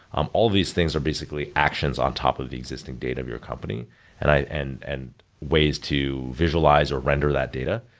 um all of these things are basically actions on top of the existing data of your company and and and ways to visualize or render that data.